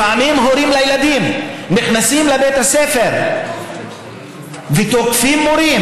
לפעמים הורים לילדים נכנסים לבית הספר ותוקפים מורים,